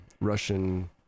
Russian